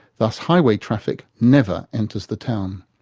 thus highway traffic never enters the town.